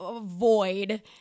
void